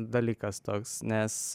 dalykas toks nes